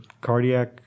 cardiac